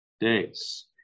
days